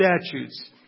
statutes